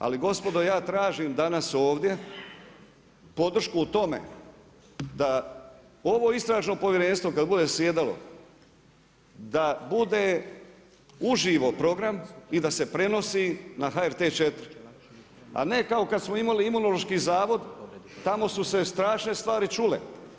Ali, gospodo, ja tražim danas ovdje podršku u tome, da ovo istražno povjerenstvo, kada bude sjedalo, da bude uživo program i da se prenosi na HRT 4. A ne kao kad smo imali Imunološki zavod, tamo su se strašne stvari čule.